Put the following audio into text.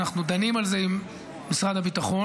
ואנחנו דנים על זה עם משרד הביטחון.